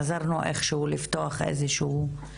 עזרנו איך שהוא לפתוח איזה שהוא משהו.